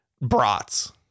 brats